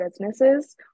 businesses